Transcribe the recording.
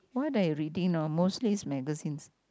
what are you reading now mostly is magazines